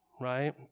right